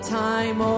time